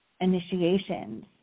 initiations